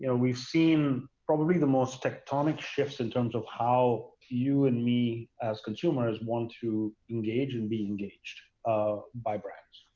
and we've seen probably the most tectonic shifts in terms of how you and me as consumers want to engage, and be engaged um by brands,